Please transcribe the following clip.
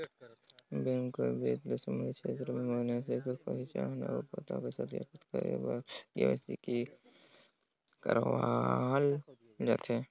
bank अउ बित्त ले संबंधित छेत्र में मइनसे कर पहिचान अउ पता ल सत्यापित करे बर के.वाई.सी करवाल जाथे